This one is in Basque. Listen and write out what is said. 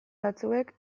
batzuek